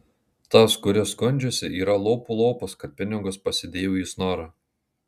tas kuris skundžiasi yra lopų lopas kad pinigus pasidėjo į snorą